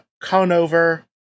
Conover